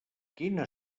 quina